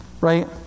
right